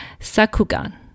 Sakugan